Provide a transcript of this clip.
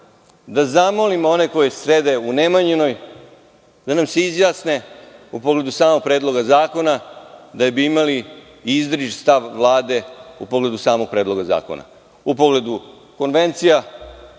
da zamolimo one koji sede u Nemanjinoj, da nam se izjasne u pogledu samog Predloga zakona, da bismo imali izričit stav Vlade u pogledu samog predloga zakona, u pogledu konvencija